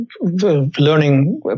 learning